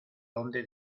dónde